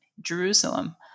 Jerusalem